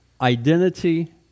identity